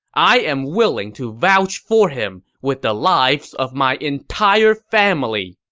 i am willing to vouch for him with the lives of my entire family!